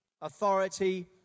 authority